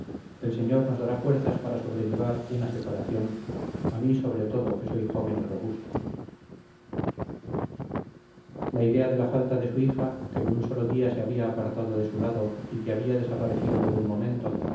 el señor nos dará fuerzas para sobrellevar una separación a mí sobre todo que soy joven y robusta la idea de la falta de su hija que ni un solo día se había apartado de su lado y que había desaparecido por un momento